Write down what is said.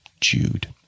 Jude